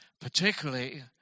Particularly